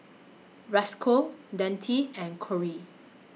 Roscoe Deonte and Corey